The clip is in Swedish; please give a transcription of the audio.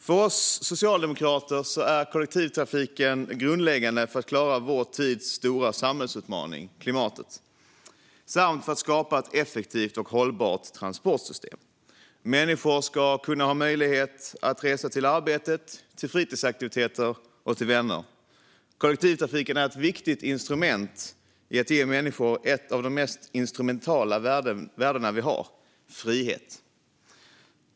För oss socialdemokrater är kollektivtrafiken grundläggande för att klara vår tids stora samhällsutmaning, klimatet, samt för att skapa ett effektivt och hållbart transportsystem. Människor ska ha möjlighet att resa till arbetet, till fritidsaktiviteter och till vänner. Kollektivtrafiken är ett viktigt instrument för att ge människor ett av de mest instrumentala värden som vi har - frihet.